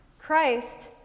Christ